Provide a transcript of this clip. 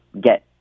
get